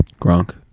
Gronk